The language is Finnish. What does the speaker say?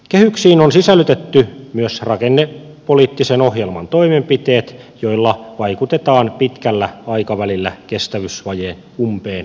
kehyksiin on sisällytetty myös rakennepoliittisen ohjelman toimenpiteet joilla vaikutetaan pitkällä aikavälillä kestävyysvajeen umpeen kuromiseen